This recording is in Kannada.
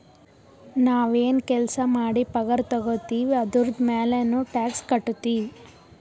ನಾವ್ ಎನ್ ಕೆಲ್ಸಾ ಮಾಡಿ ಪಗಾರ ತಗೋತಿವ್ ಅದುರ್ದು ಮ್ಯಾಲನೂ ಟ್ಯಾಕ್ಸ್ ಕಟ್ಟತ್ತಿವ್